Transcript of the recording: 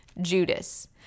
Judas